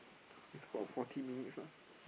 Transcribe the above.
it's about forty minutes ah